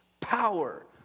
power